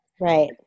Right